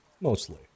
mostly